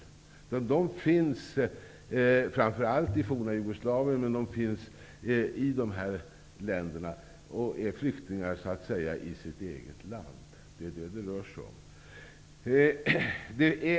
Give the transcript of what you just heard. Dessa människor finns framför allt i det forna Jugoslavien men också i andra länder och är flyktingar i sitt eget land.